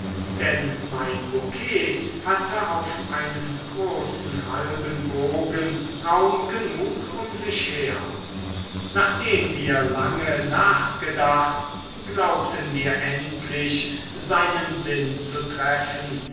denn mein bouquet hatte auf einem großen halben bogen raum genug um sich her nachdem wir lange nachgedacht glaubten wir endlich seinen sinn zu treffen